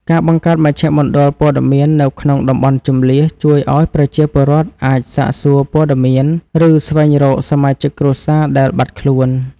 ការបង្កើតមជ្ឈមណ្ឌលព័ត៌មាននៅក្នុងតំបន់ជម្លៀសជួយឱ្យប្រជាពលរដ្ឋអាចសាកសួរព័ត៌មាន ឬស្វែងរកសមាជិកគ្រួសារដែលបាត់ខ្លួន។